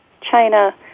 China